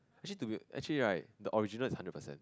actually to be actually right the original is hundred percent